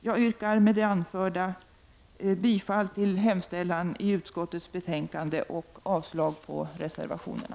Jag yrkar med det anförda bifall till hemställan i utskottets betänkande och avslag på reservationerna.